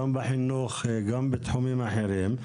גם בחינוך וגם בתחומים אחרים.